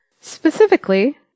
Specifically